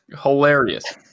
hilarious